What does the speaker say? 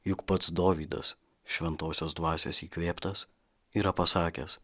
juk pats dovydas šventosios dvasios įkvėptas yra pasakęs